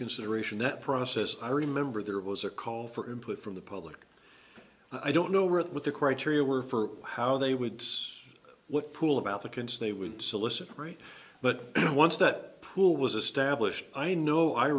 consideration that process i remember there was a call for input from the public i don't know where that with the criteria were for how they would what pool of applicants they would solicit rate but once that pool was established i know i